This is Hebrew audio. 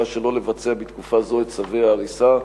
שלא לבצע בתקופה זו את צווי ההריסה?